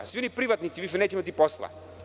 Svi privatnici više neće imati posla.